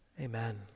Amen